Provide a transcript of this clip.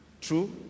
True